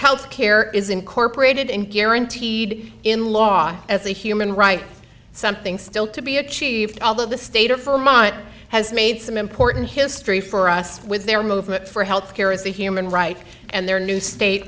health care is incorporated in guaranteed in law as a human right something still to be achieved although the state of philmont has made some important history for us with their movement for health care as a human right and their new state